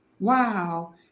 Wow